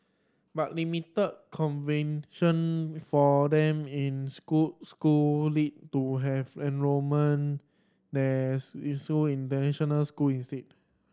but limited convention for them in school school lead to have enrolment their international school instead